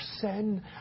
sin